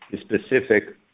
specific